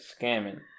scamming